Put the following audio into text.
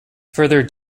further